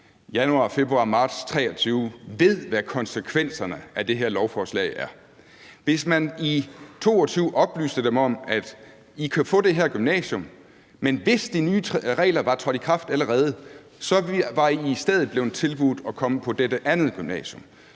januar, februar eller marts 2023 ved, hvad konsekvenserne af det her lovforslag er. Hvis man i 2022 oplyste dem om, at de kunne få det her gymnasium, men at hvis de nye regler allerede var trådt i kraft, så var de i stedet blevet tilbudt at komme på dette andet gymnasium,